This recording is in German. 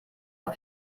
auf